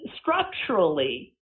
structurally